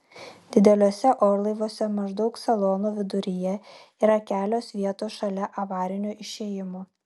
dideliuose orlaiviuose maždaug salono viduryje yra kelios vietos šalia avarinio išėjimo